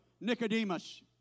Nicodemus